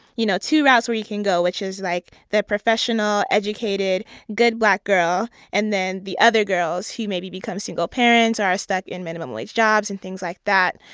you know, two routes where you can go, which is, like, the professional, educated, good black girl and then the other girls, who maybe become single parents or are stuck in minimum-wage jobs and things like that.